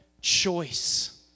choice